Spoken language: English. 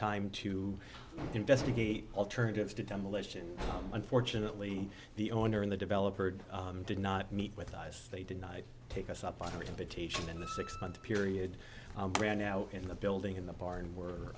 time to investigate alternatives to demolition unfortunately the owner and the developer did not meet with eyes they denied take us up on our invitation and the six month period ran out in the building in the barn were